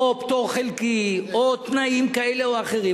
או פטור חלקי, או תנאים כאלה ואחרים.